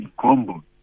Combo